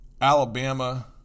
Alabama